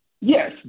yes